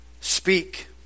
Speak